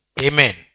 Amen